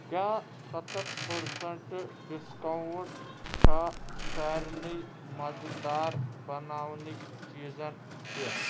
کیٛاہ ستَتھ percent discount چھا سارِنٕے مزٕدار بناونٕکۍ چیٖزن پیٚٹھ ؟